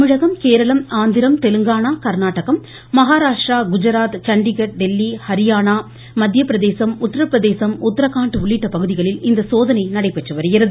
தமிழகம் கேரளம் ஆந்திரம் தெலங்கானா கள்நாடகம் மகாராஷ்டிரம் குஜராத் சண்டிகட் டெல்லி ஹரியானா மத்திய பிரதேசம் உத்தரப்பிரதேசம் உத்தரகாண்ட் உள்ளிட்ட பகுதிகளில் இந்த சோதனை நடைபெற்று வருகிறது